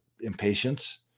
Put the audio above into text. impatience